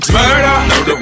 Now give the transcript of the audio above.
murder